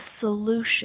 solution